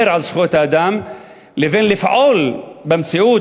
על זכויות האדם לבין לפעול במציאות,